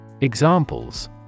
Examples